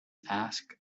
ask